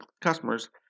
customers